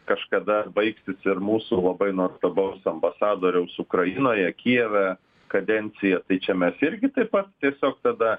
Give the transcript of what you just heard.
kažkada baigsis ir mūsų labai nuostabaus ambasadoriaus ukrainoje kijeve kadencija tai čia mes irgi taip pat tiesiog tada